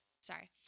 Sorry